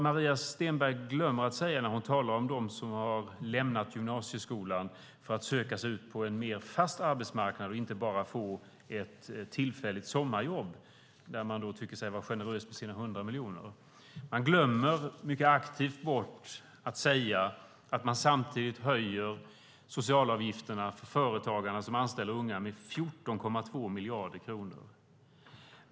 Maria Stenberg talar om dem som har lämnat gymnasieskolan för att söka sig ut på en mer fast arbetsmarknad och inte bara få ett tillfälligt sommarjobb, och hon tycker sig vara generös med sina 100 miljoner. Men hon glömmer mycket aktivt att säga att man samtidigt höjer socialavgifterna med 14,2 miljarder kronor för företagare som anställer unga.